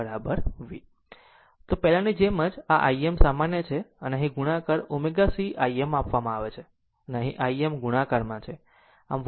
તો પહેલાની જેમ જ આમ આ Im સામાન્ય છે અને અહીં તે ગુણાકાર ω c Im આપવામાં આવે છે અહીં Im ગુણાકારમાં છે